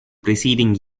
preceding